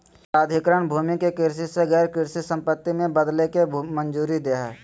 प्राधिकरण भूमि के कृषि से गैर कृषि संपत्ति में बदलय के मंजूरी दे हइ